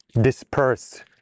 dispersed